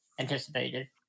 anticipated